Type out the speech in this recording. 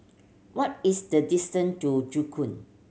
what is the distance to Joo Koon